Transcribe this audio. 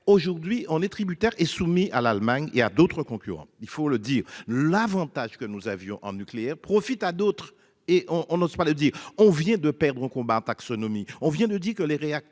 aujourd'hui on est tributaire, est soumis à l'Allemagne. Il a d'autres concurrents, il faut le dire, l'Avantage que nous avions en nucléaire profite à d'autres et on, on n'ose pas le dire. On vient de perdre un combat taxonomie on vient ne dit que les réacteurs